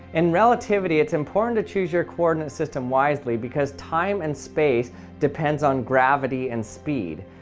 in relativity it's important to choose your coordinate system wisely because time and space depends on gravity and speed.